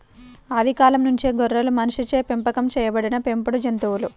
ఆది కాలం నుంచే గొర్రెలు మనిషిచే పెంపకం చేయబడిన పెంపుడు జంతువులు